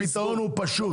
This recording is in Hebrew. הפתרון הוא פשוט.